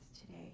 today